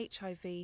HIV